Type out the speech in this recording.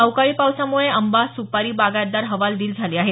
अवकाळी पावसामुळे आंबा सुपारी बागायतदार हवालदिल झाले आहेत